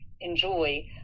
enjoy